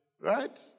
Right